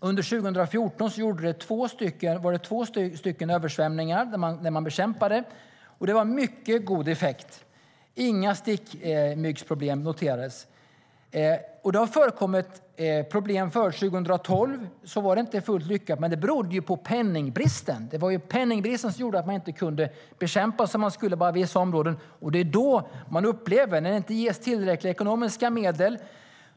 Under 2014 var det två översvämningar där man bekämpade mygg med mycket god effekt. Inga stickmyggsproblem noterades. Det har förekommit problem. År 2012 var det inte fullt lyckat, men det berodde på penningbristen. Det var ju penningbristen som gjorde att man inte kunde bekämpa som man skulle. Det är när det inte ges tillräckligt med ekonomiska medel